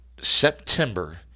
september